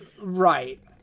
Right